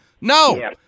No